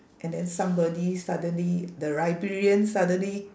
and then somebody suddenly the librarian suddenly